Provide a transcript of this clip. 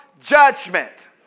judgment